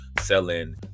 selling